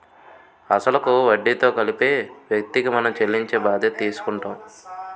అసలు కు వడ్డీతో కలిపి వ్యక్తికి మనం చెల్లించే బాధ్యత తీసుకుంటాం